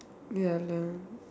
ya lah